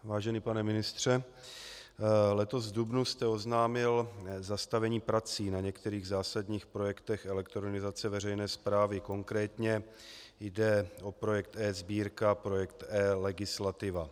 Vážený pane ministře, letos v dubnu jste oznámil zastavení prací na některých zásadních projektech elektronizace veřejné správy, konkrétně jde o projekt eSbírka, projekt eLegislativa.